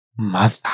mother